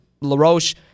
LaRoche